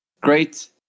great